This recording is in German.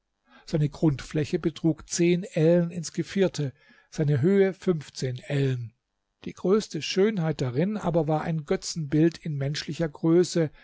seine grundfläche betrug zehn ellen ins gevierte seine höhe fünfzehn ellen die größte schönheit darin aber war ein götzenbild in menschlicher größe